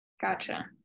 Gotcha